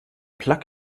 plug